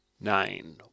Nine